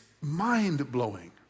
mind-blowing